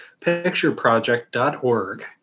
pictureproject.org